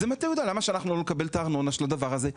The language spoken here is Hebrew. למה שאנחנו לא נקבל את הארנונה של הדבר הזה?